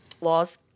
laws